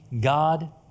God